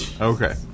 Okay